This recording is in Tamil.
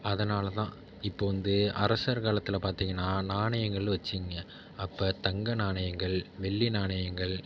அதனால் தான் இப்போது வந்து அரசர் காலத்தில் பார்த்திங்கனா நாணயங்கள் வெச்சுக்கிங்க அப்போ தங்க நாணயங்கள் வெள்ளி நாணயங்கள்